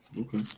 Okay